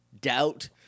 doubt